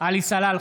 עלי סלאלחה,